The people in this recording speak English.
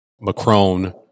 Macron